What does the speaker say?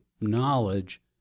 knowledge